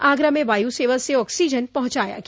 आगरा में वायु सेवा से ऑक्सीजन पहुंचाया गया